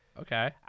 Okay